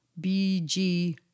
BG